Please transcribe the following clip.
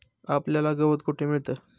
आपल्याला गवत कुठे मिळतं?